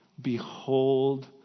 Behold